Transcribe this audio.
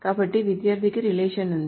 కాబట్టి విద్యార్థికి రిలేషన్ ఉంది